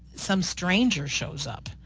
some stranger shows up.